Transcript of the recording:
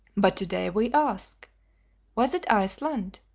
but to-day we ask was it iceland?